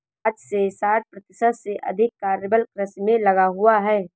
आज भी साठ प्रतिशत से अधिक कार्यबल कृषि में लगा हुआ है